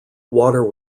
water